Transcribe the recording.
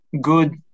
good